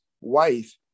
wife